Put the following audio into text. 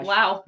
Wow